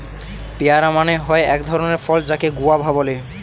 পেয়ারা মানে হয় এক ধরণের ফল যাকে গুয়াভা বলে